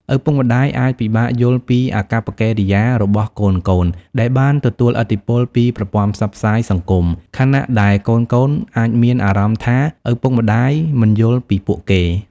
ឪពុកម្តាយអាចពិបាកយល់ពីអាកប្បកិរិយារបស់កូនៗដែលបានទទួលឥទ្ធិពលពីប្រព័ន្ធផ្សព្វផ្សាយសង្គម ខណៈដែលកូនៗអាចមានអារម្មណ៍ថាឪពុកម្តាយមិនយល់ពីពួកគេ។